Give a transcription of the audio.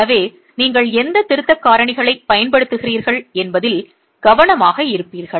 எனவே நீங்கள் எந்த திருத்தக் காரணிகளைப் பயன்படுத்துகிறீர்கள் என்பதில் கவனமாக இருப்பீர்கள்